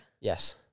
Yes